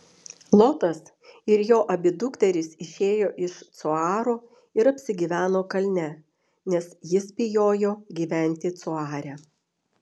lotas ir jo abi dukterys išėjo iš coaro ir apsigyveno kalne nes jis bijojo gyventi coare